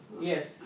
Yes